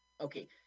okay